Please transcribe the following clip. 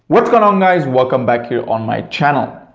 what's going on guys welcome back here on my channel.